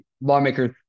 lawmakers